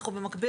במקביל,